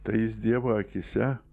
tai jis dievo akyse